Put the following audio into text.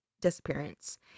disappearance